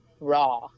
raw